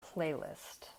playlist